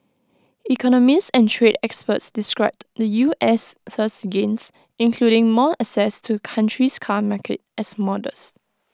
economists and trade experts described the U S's gains including more access to the country's car market as modest